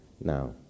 now